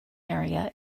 area